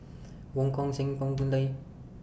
Wong Kan Seng Tan Gee Paw and Arumugam Ponnu Rajah